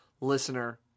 listener